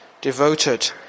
devoted